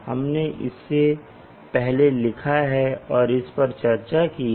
हमने इसे पहले लिखा है और इस पर चर्चा की है